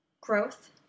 growth